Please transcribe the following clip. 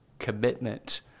commitment